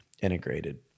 integrated